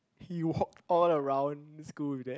he hopped all around school with that